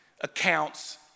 Accounts